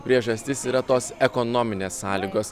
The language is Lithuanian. priežastis yra tos ekonominės sąlygos